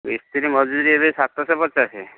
ମିସ୍ତ୍ରୀ ମଜୁରୀ ଏବେ ସାତଶହ ପଚାଶ